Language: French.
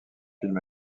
film